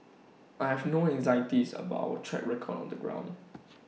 I have no anxieties about our track record on the ground